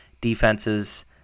defenses